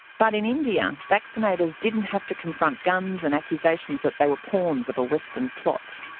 but in india, vaccinators didn't have to confront guns and accusations that they were pawns of a western plot.